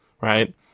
right